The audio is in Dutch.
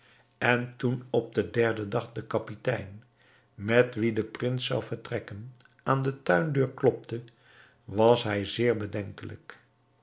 en toen op den derden dag de kapitein met wien de prins zou vertrekken aan de tuindeur klopte was hij zeer bedenkelijk